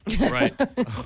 Right